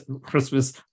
Christmas